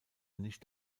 nicht